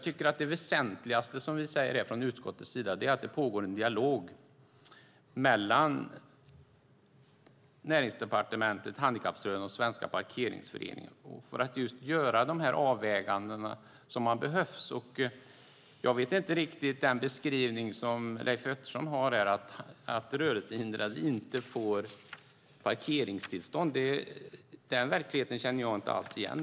Det väsentligaste som vi säger från utskottets sida är att det pågår en dialog mellan Näringsdepartementet, handikapprörelsen och Svenska Parkeringsföreningen för att göra de avvägningar som behövs. Leif Pettersson gör beskrivningen att rörelsehindrade inte får parkeringstillstånd. Men den verkligheten känner jag inte alls igen.